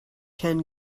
ken